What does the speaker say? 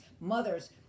mothers